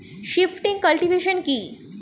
Shifting cultivation কি?